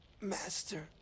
Master